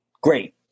Great